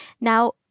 Now